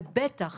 ובטח